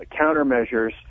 countermeasures